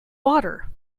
water